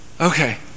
okay